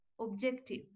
objective